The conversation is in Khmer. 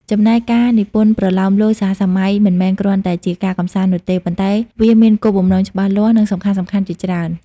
ចំំណែកការនិពន្ធប្រលោមលោកសហសម័យមិនមែនគ្រាន់តែជាការកម្សាន្តនោះទេ ប៉ុន្តែវាមានគោលបំណងច្បាស់លាស់ និងសំខាន់ៗជាច្រើន។